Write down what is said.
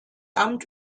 amt